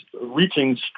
reaching